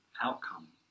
outcome